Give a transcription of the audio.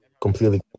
completely